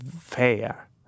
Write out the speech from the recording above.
fair